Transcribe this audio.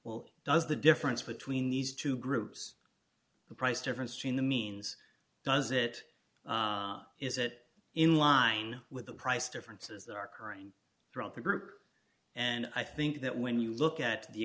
well does the difference between these two groups the price difference between the means does it and is it in line with the price differences that are occurring throughout the group and i think that when you look at the